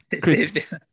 Chris